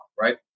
right